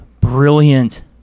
brilliant